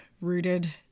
rooted